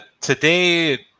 today